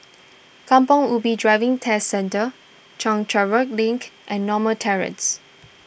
Kampong Ubi Driving Test Centre Chencharu Link and Norma Terrace